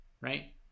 right